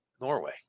Norway